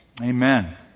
Amen